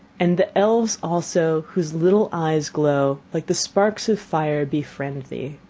and the elves also, whose little eyes glow like the sparks of fire, befriend thee.